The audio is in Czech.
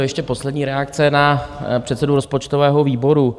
Ještě poslední reakce na předsedu rozpočtového výboru.